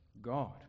God